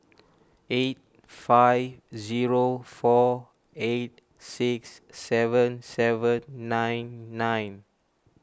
eight five zero four eight six seven seven nine nine